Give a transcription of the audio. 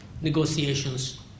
negotiations